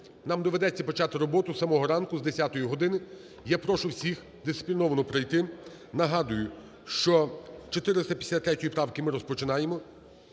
Нам доведеться почати роботу з самого ранку, з 10 години. Я прошу всіх дисципліновано прийти. Нагадую, що з 453 правки ми розпочинаємо.